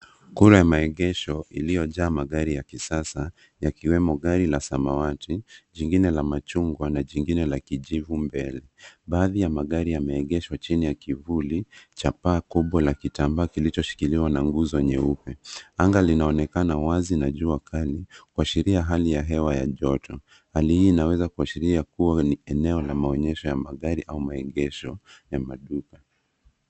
Kura ya maegesho iliyojaa magari ya kisasa, yakiwemo gari la samawati, jingine la machungwa na jingine la kijivu mbele. Baadhi ya magari yameegeshwa chini ya kivuli cha paa kubwa la kitambaa kilichoshikiliwa na nguzo nyeupe. Anga linaonekana wazi na jua kali, kuashiria hali ya hewa ya joto. Hali hii inaweza kuashiria kuwa ni eneo la maonyesho ya magari au ya maduka